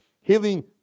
healing